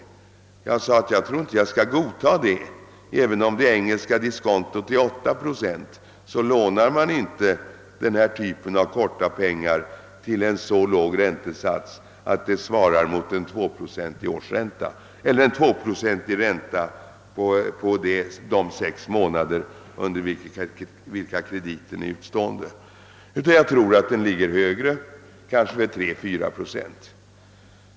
Jag sade att jag inte ville godta detta resonemang. Om det engelska diskontot är 8 procent, lämnar man inte denna typ av korta pengar till så låg räntesats att det svarar mot en 2-procentig ränta på de sex månader under vilka krediten är utestående. Jag tror att den ligger högre, kanske vid 3 å 4 procent.